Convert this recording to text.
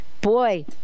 boy